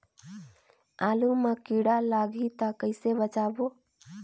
आलू मां कीड़ा लाही ता कइसे बचाबो?